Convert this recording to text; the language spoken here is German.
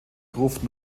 gruft